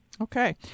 Okay